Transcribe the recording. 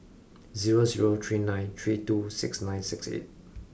zero zero three nine three two six nine six eight